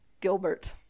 Gilbert